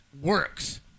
works